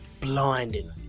blinding